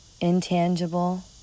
intangible